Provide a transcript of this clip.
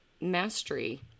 mastery